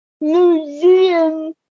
museum